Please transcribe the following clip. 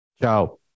Ciao